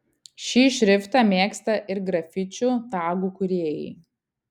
šį šriftą mėgsta ir grafičių tagų kūrėjai